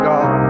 God